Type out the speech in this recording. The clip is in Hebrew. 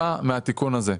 יושפע מהתיקון הזה.